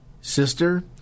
sister